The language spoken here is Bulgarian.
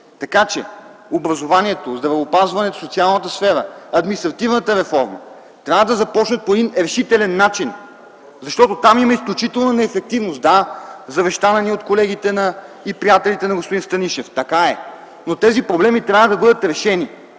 така че образованието, здравеопазването, социалната сфера, административната реформа трябва да започнат по един решителен начин, защото там има изключителна негативност. Да, тя ни е завещана от колегите и приятелите на господин Станишев – така е, но тези проблеми трябва да бъдат решени.